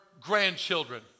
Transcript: grandchildren